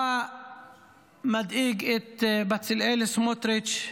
מה מדאיג את בצלאל סמוטריץ'